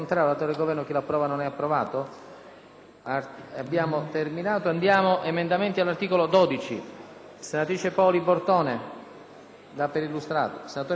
Presidente,